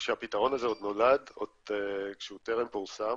כשהפתרון הזה עוד נולד, כשהוא טרם פורסם,